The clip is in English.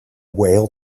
whale